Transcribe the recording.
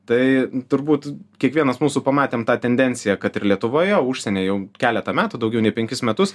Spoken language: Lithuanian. tai turbūt kiekvienas mūsų pamatėm tą tendenciją kad ir lietuvoje užsieny jau keletą metų daugiau nei penkis metus